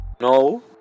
No